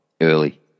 early